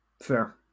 Fair